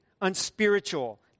unspiritual